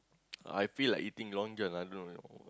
I feel like eating Long-John I don't know